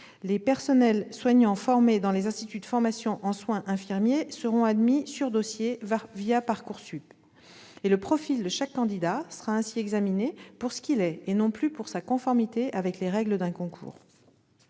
les personnels soignants formés dans les instituts de formation en soins infirmiers seront admis sur dossier Parcoursup, et le profil de chaque candidat sera ainsi examiné pour ce qu'il est et non plus pour sa conformité avec les règles d'un concours.